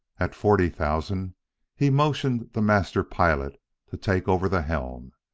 at forty thousand he motioned the master-pilot to take over the helm.